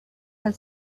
had